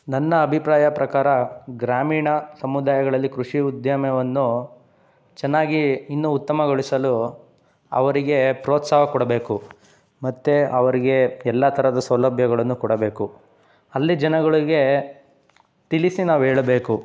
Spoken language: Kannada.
ನನ್ನ ಅಭಿಪ್ರಾಯ ಪ್ರಕಾರ ಗ್ರಾಮೀಣ ಸಮುದಾಯಗಳಲ್ಲಿ ಕೃಷಿ ಉದ್ಯಮವನ್ನು ಚೆನ್ನಾಗಿ ಇನ್ನೂ ಉತ್ತಮಗೊಳಿಸಲು ಅವರಿಗೆ ಪ್ರೋತ್ಸಾಹ ಕೊಡಬೇಕು ಮತ್ತು ಅವ್ರಿಗೆ ಎಲ್ಲ ಥರದ ಸೌಲಭ್ಯಗಳನ್ನು ಕೊಡಬೇಕು ಅಲ್ಲಿ ಜನಗಳಿಗೆ ತಿಳಿಸಿ ನಾವು ಹೇಳಬೇಕು